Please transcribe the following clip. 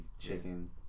chicken